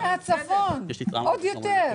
וגם מהצפון, עוד יותר.